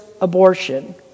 abortion